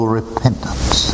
repentance